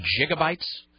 gigabytes